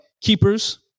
keepers